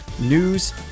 news